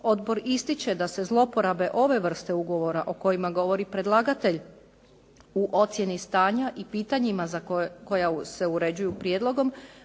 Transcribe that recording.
Odbor ističe da se zloporabe ove vrste ugovora o kojima govori predlagatelj u ocjeni stanja i pitanjima za koja se uređuju prijedlogom,